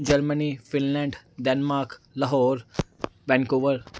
Germany Finland Denmark Lahore Vancouver